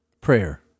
Prayer